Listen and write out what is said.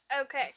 Okay